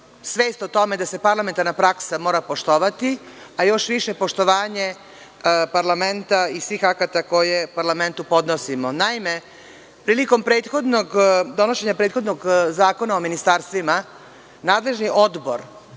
svest o tome da se parlamentarna praksa mora poštovati, a još više poštovanje parlamenta i svih akata koje u parlamentu podnosimo. Naime, prilikom donošenja prethodnog Zakona o ministarstvima, nadležni odbor